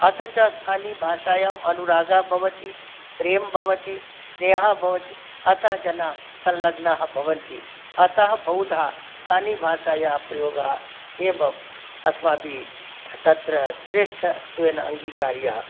अथ च स्थानीयभाषायां अनुरागः भवति प्रेम भवति स्नेहः भवति अतः जनाः संलग्नाः भवन्ति अतः बहुधा स्थानीयभाषायाः प्रयोगः एव अस्माभिः तत्र श्रेष्ठत्वेन अङ्गीकार्यः